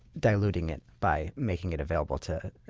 diluting it by making it available to